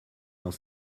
dans